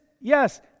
yes